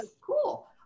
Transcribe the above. cool